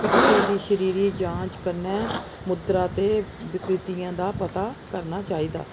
पिट्ठे दी शरीरी जांच कन्नै मुद्रा ते विकृतियें दा पता करना चाहिदा